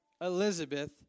Elizabeth